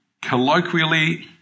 Colloquially